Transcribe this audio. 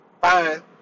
Fine